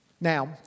Now